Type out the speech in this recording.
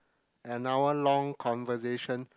another long conversation